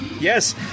yes